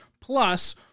Plus